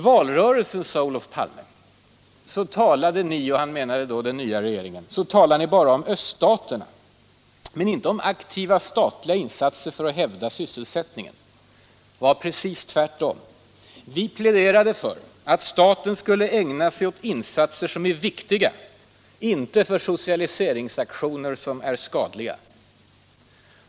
Sedan sade Olof Palme att vi i valrörelsen bara talade om öststaterna men inte om aktiva statliga insatser för att hävda sysselsättningen. Det var precis tvärtom. Vi pläderade för att staten skulle ägna sig åt insatser som är viktiga, inte åt socialiseringsaktioner som är skadliga.